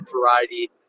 variety